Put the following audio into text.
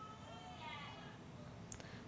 गणपतीसाठी दोन हजाराचे कर्ज भेटन का?